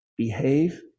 Behave